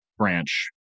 branch